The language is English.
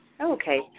Okay